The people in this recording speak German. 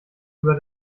über